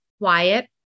quiet